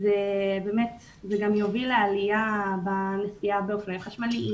זה גם יוביל לעלייה בנסיעה באופניים חשמליים,